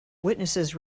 witnesses